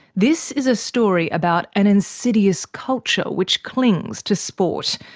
this is a story about an insidious culture which clings to sport,